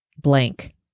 blank